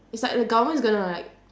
it's like the government is gonna like